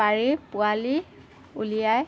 পাৰি পোৱালি উলিয়ায়